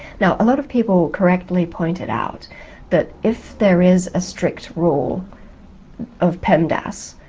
now a lot of people correctly pointed out that if there is a strict rule of pemdas,